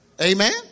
Amen